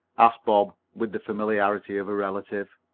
asked bob, with the familiarity of a relative.